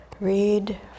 read